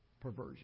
perversion